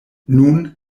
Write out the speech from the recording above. nun